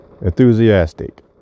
Enthusiastic